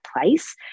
place